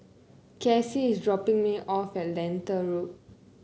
Kacy is dropping me off at Lentor Road